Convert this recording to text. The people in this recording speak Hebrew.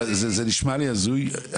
זה נשמע לי הזוי.